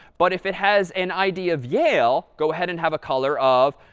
but if it has an id of yale, go ahead and have a color of